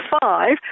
five